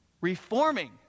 Reforming